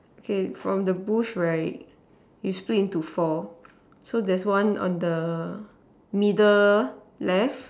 okay from the bush right we split into four so there's one on the middle left